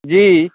जी